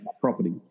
property